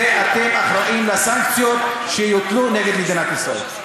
ואתם אחראים לסנקציות שיוטלו נגד מדינת ישראל.